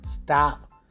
stop